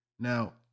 Now